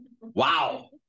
Wow